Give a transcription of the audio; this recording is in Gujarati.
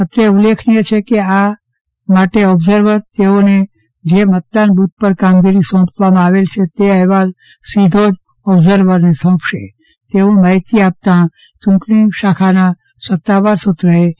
અત્રે ઉલ્લેખનીય છે કે આ આદેશે ઓબ્ઝર્વર તેમને જે મતદાન બુથપર કામગીરી સોંપવામાં આવેલ છે તે અહેવાલ સીધો જ ઓબ્ઝર્વરને સોંપશે તેવુ માહિતી આપતા ચુંટણી શાખાના સતાવાર સુત્રોએ જણાવ્યુ હતું